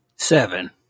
Seven